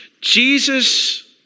Jesus